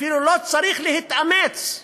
אפילו לא צריך להתאמץ.